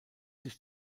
sich